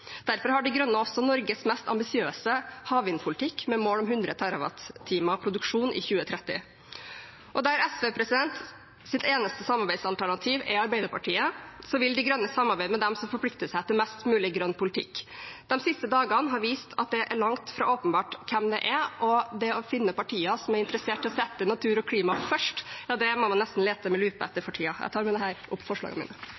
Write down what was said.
Derfor har De Grønne også Norges mest ambisiøse havvindpolitikk, med mål om 100 TWh produksjon i 2030. Der SVs eneste samarbeidsalternativ er Arbeiderpartiet, vil De Grønne samarbeide med dem som forplikter seg til mest mulig grønn politikk. De siste dagene har vist at det er langt fra åpenbart hvem det er. For å finne partier som er interessert i å sette natur og klima først, må man nesten lete med lupe